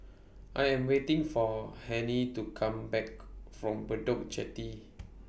I Am waiting For Hennie to Come Back from Bedok Jetty